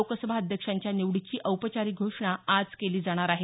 लोकसभा अध्यक्षांच्या निवडीची औपचारिक घोषणा आज केली जाणार आहे